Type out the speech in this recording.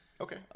Okay